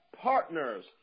partners